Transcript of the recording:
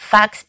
Fox